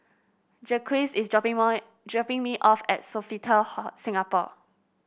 Jaquez is dropping dropping me off at Sofitel Hall Singapore